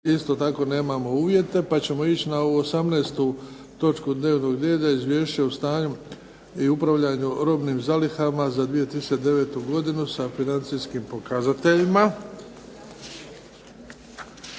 isto tako nemamo uvjete, pa ćemo ići na ovu osamnaestu točku dnevnog reda - Izvješće o stanju i upravljanju robnim zalihama za 2009. godinu, s financijskim pokazateljima